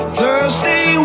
thursday